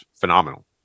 phenomenal